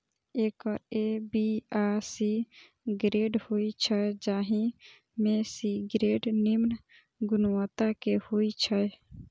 acre A, B आ C grade होइ छै, जाहि मे सी ग्रेड निम्न गुणवत्ता के होइ छै